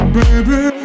baby